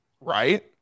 Right